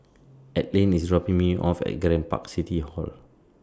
Adline IS dropping Me off At Grand Park City Hall